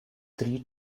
three